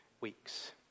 weeks